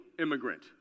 immigrant